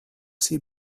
see